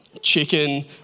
chicken